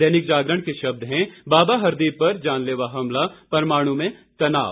दैनिक जागरण के शब्द हैं बाबा हरदीप पर जानलेवा हमला परवाणु में तनाव